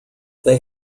they